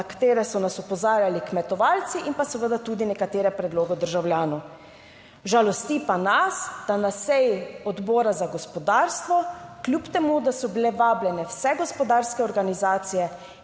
na katere so nas opozarjali kmetovalci in pa seveda tudi nekatere predloge državljanov. Žalosti pa nas, da na seji Odbora za gospodarstvo, kljub temu, da so bile vabljene vse gospodarske organizacije,